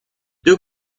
deux